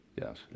Yes